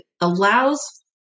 allows